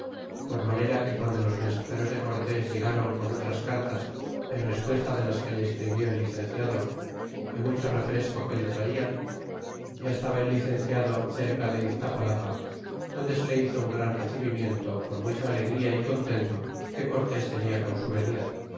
por manera que guando los mensageros de cortés llegaron con otras cartas en respuesta de las que le escribió el licenciado y mucho refresco que le traian ya estaba el licenciado cerca de iztapalapa donde se le hizo un gran re eibitniento cen mucha alegrtaar contento que cortettrifa con au venida